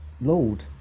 Lord